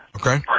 Okay